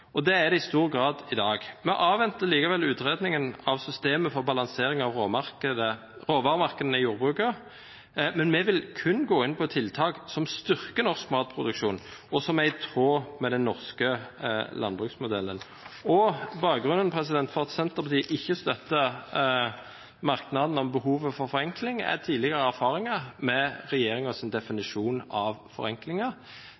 meierisektoren. Det er det i stor grad i dag. Vi avventer likevel utredningen av systemet for balansering av råvaremarkedene i jordbruket. Men vi vil kun gå inn på tiltak som styrker norsk matproduksjon, og som er i tråd med den norske landbruksmodellen. Bakgrunnen for at Senterpartiet ikke støtter merknaden om behovet for forenkling, er tidligere erfaringer med regjeringens definisjon av